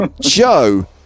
Joe